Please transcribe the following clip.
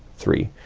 three.